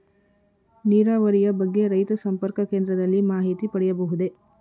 ನೀರಾವರಿಯ ಬಗ್ಗೆ ರೈತ ಸಂಪರ್ಕ ಕೇಂದ್ರದಲ್ಲಿ ಮಾಹಿತಿ ಪಡೆಯಬಹುದೇ?